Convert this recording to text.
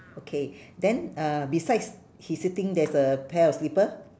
okay then uh besides he sitting there's a pair of slipper